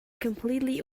completely